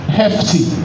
hefty